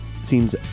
seems